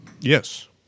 yes